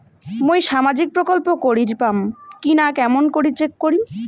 মুই সামাজিক প্রকল্প করির পাম কিনা কেমন করি চেক করিম?